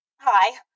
hi